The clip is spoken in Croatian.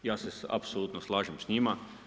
Ja se apsolutno slažem s njima.